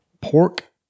pork